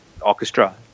orchestra